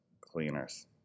cleaners